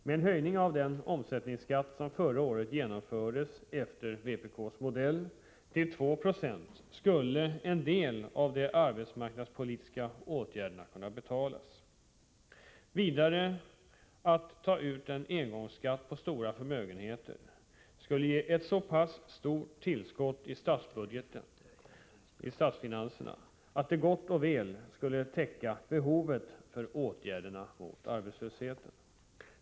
Med en höjning av den omsättningsskatt som förra året genomfördes efter vpk:s modell — till 2 70 — skulle en del av de arbetsmarknadspolitiska åtgärderna kunna betalas. Vidare skulle en engångsskatt på stora förmögenheter ge ett så pass stort tillskott i statsfinanserna att det gott och väl skulle täcka behovet för åtgärderna mot arbetslösheten.